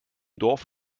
dorf